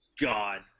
god